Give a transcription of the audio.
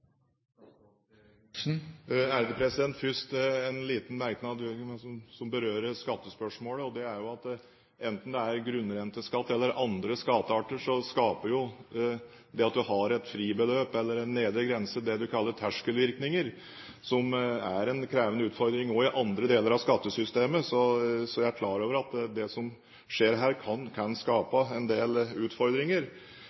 Først en liten merknad som berører skattespørsmålet, og det er at enten det er grunnrenteskatt eller andre skattearter, så skaper det at man har et fribeløp eller en nedre grense, det man kaller terskelvirkninger, som er en krevende utfordring også i andre deler av skattesystemet. Så jeg er klar over at det som skjer her, kan skape